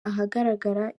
ahagaragara